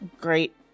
Great